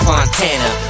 Fontana